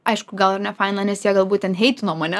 aišku gal ir nefaina nes jie galbūt ten heitino mane